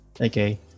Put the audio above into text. Okay